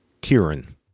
Kieran